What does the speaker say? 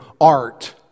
art